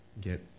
get